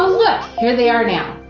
ah look, here they are now.